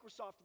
Microsoft